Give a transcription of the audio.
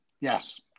Yes